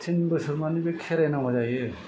थिन बोसोर माने बे खेरायनांगौ जाहैयो